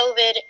covid